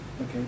okay